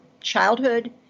childhood